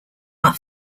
are